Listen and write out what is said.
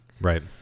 Right